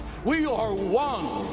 we are one!